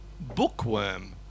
bookworm